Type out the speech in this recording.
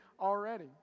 already